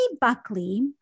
Buckley